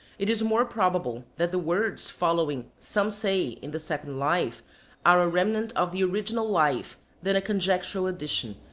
it is more probable that the words following some say in the second life are a remnant of the original life than a conjectural addition,